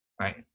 right